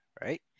right